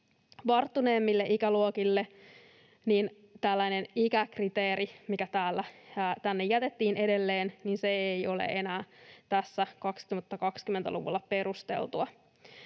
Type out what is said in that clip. varttuneemmille ikäluokille, niin tällainen ikäkriteeri, mikä tänne jätettiin edelleen, ei ole enää 2020-luvulla perusteltua.